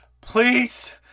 Please